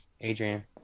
adrian